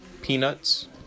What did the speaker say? peanuts